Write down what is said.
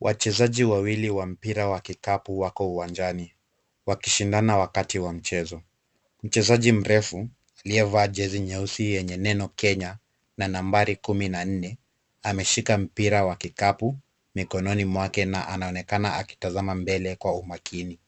Wachezaji wawili wa mpira wa kikapu wako uwanjani. Wakishindana wakati wa mchezo. Mchezaji mrefu aliyevaa jezi nyeusi yenye neno Kenya, na nambari 14 ameshika mpira wa kikapu mikononi mwake na anaonekana mbele kwa umakini .